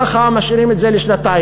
ככה משאירים את זה לשנתיים,